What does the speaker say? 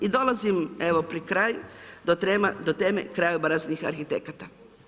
I dolazim, evo pri kraju, do teme krajobraznih arhitekata.